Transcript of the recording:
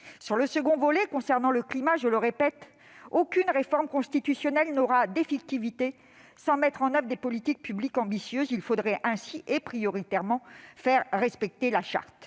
Parlement. Concernant le climat, aucune réforme constitutionnelle n'aura d'effectivité sans mettre en oeuvre de politiques publiques ambitieuses. Il faudrait ainsi, et prioritairement, faire respecter la Charte.